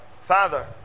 father